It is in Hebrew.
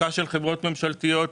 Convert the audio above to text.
הנפקה של חברות ממשלתיות,